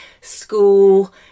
school